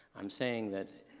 i'm saying that